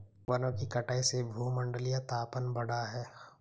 वनों की कटाई से भूमंडलीय तापन बढ़ा है